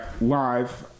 live